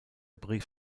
berief